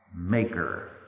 maker